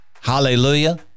Hallelujah